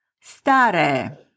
Stare